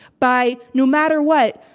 by, no matter what,